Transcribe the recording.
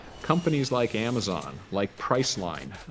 companies, like amazon, like priceline,